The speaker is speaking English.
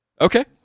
okay